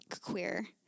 queer